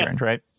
Right